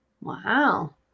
Wow